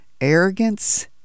Arrogance